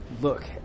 look